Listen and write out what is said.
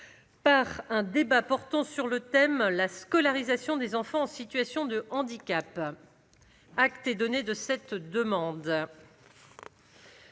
par un débat portant sur le thème de « la scolarisation des enfants en situation de handicap ». Acte est donné de cette demande.